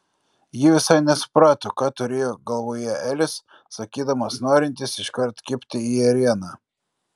ji visai nesuprato ką turėjo galvoje elis sakydamas norintis iškart kibti į ėrieną